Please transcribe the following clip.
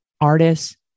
artists